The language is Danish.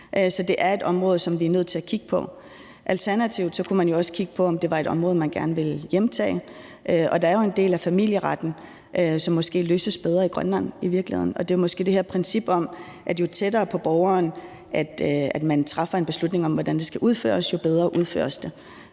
Så det er et område, som vi er nødt til at kigge på. Alternativt kunne man jo også kigge på, om det var et område, man gerne vil hjemtage, og der er jo en del af familieretten, som måske i virkeligheden løses bedre i Grønland. Det er jo måske det her princip om, at jo tættere på borgeren, man træffer en beslutning om, hvordan det skal udføres, jo bedre udføres det.